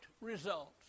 results